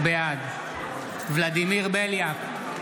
בעד ולדימיר בליאק,